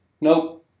Nope